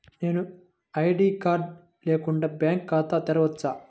నేను ID card లేకుండా bank ఖాతా తెరవచ్చా?